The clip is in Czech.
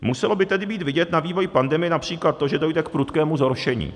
Muselo by tedy být vidět na vývoji pandemie například to, že dojde k prudkému zhoršení.